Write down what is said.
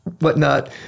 whatnot